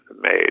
made